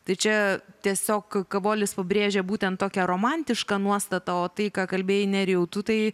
tai čia tiesiog kavolis pabrėžia būtent tokia romantišką nuostatą o tai ką kalbėjai nerijau tu tai